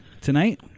tonight